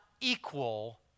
equal